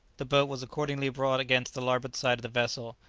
the boat was accordingly brought against the larboard side of the vessel,